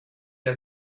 der